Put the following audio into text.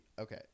okay